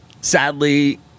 Sadly